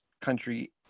country